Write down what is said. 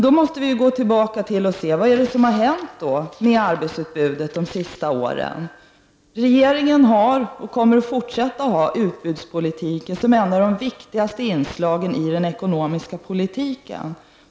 Då måste vi gå tillbaka och se vad som har hänt med arbetskraftsutbudet de senaste åren. Regeringen har och kommer att fortsätta att ha utbudspolitik som ett av de viktigaste inslagen i den ekonomiska politiken.